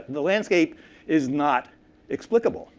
the landscape is not ex-applicable.